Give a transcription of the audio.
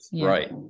Right